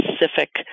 specific